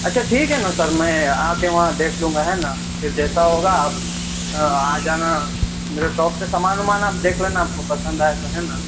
اچھا ٹھیک ہے نا سر میں آ کے وہاں دیکھ لوں گا ہے نا پھر جیسا ہوگا آپ آ جانا میرے شاپ پہ سامان وامان آپ دیکھ لینا آپ کو پسند آئے تو ہے نا